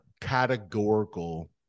categorical